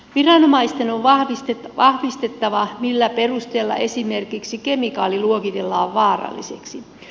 viranomaisten on vahvistettava millä perusteella esimerkiksi kemikaali luokitellaan vaaralliseksi